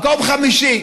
מקום חמישי.